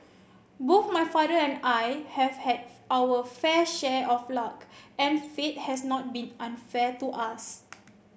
both my father and I have had our fair share of luck and fate has not been unfair to us